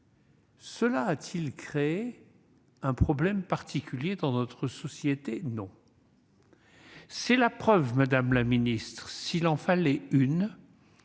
Cela a-t-il créé un problème particulier dans notre société ? Non. C'est bien la preuve, madame la ministre, s'il en fallait une,